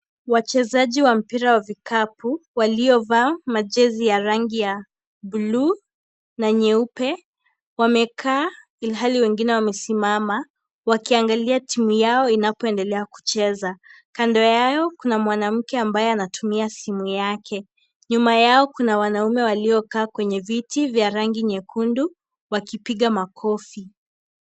Wachezaji wa mpira wa vikapu, waliovaa majezi ya rangi ya buluu na nyeupe. Wamekaa ilhali wengine wamesimama, wakiangalia timu yao inapoendelea kucheza. Kando yao, kuna mwanamke ambaye anatumia simu yake. Nyuma yao, kuna wanaume waliokaa kwenye viti vya rangi nyekundu wakipiga makofi.